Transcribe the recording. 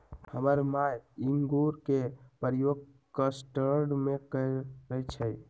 हमर माय इंगूर के प्रयोग कस्टर्ड में करइ छै